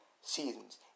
seasons